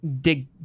dig